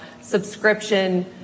subscription